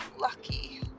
lucky